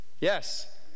Yes